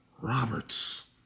Roberts